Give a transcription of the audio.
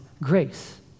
grace